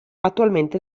attualmente